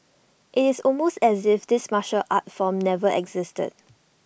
it's almost as if this martial art form never existed